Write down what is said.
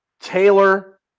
Taylor